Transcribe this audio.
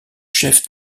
chef